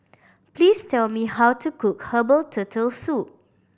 please tell me how to cook herbal Turtle Soup